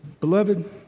beloved